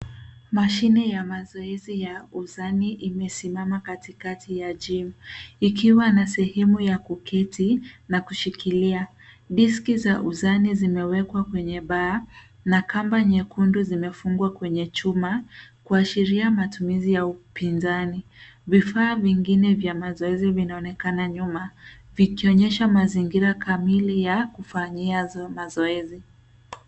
Mashini ya mazoezi ya uzani imesimama katikati ya gym ikiwa na sehemu ya kuketi na kushikilia. Diski za uzani zimewekwa kwenye baa na kamba nyekundu zimefungwa kwenye chuma kuashiria matumizi ya upinzani. Vifaa vingine vya mazoezi vinaonekana nyuma, vikionyesha mazingira kamili ya kufanyia mazoezi.